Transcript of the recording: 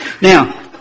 Now